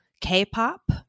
K-pop